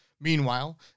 Meanwhile